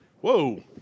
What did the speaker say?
Whoa